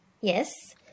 yes